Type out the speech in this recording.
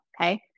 okay